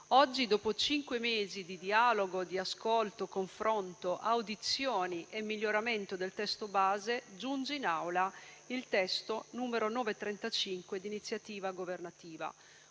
Oggi, dopo cinque mesi di dialogo, di ascolto, confronto, audizioni e miglioramento del testo base, giunge in Aula il testo n. 935 di iniziativa governativa,